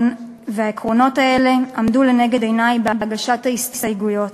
והעקרונות האלה עמדו לנגד עיני בהגשת ההסתייגויות: